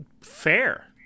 fair